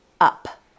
up